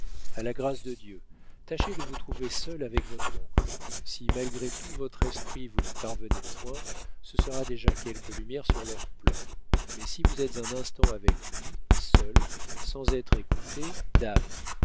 a la grâce de dieu tâchez de vous trouver seul avec votre oncle si malgré tout votre esprit vous n'y parvenez point ce sera déjà quelque lumière sur leur plan mais si vous êtes un instant avec lui seul sans être écouté dam